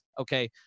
Okay